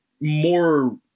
more